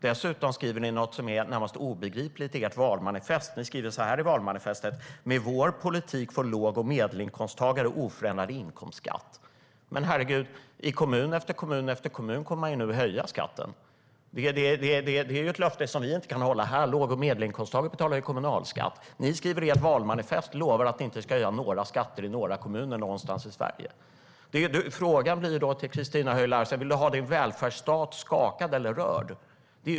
Dessutom skriver ni något som är närmast obegripligt i ert valmanifest: Med vår politik får låg och medelinkomsttagare oförändrad inkomstskatt. Men, herregud, i kommun efter kommun kommer man ju nu att höja skatten. Det är ett löfte som inte kan hållas här. Låg och medelinkomsttagare betalar ju kommunalskatt. Ni lovar i ert valmanifest att ni inte ska höja några skatter i några kommuner någonstans i Sverige. Frågan blir då till Christina Höj Larsen: Vill du ha din välfärdsstat skakad eller rörd?